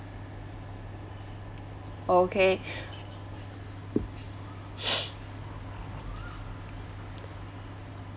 okay